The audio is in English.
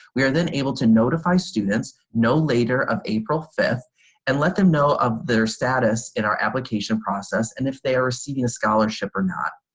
we are then able to notify students no later of april five and let them know of their status in our application process and if they are receiving a scholarship or not.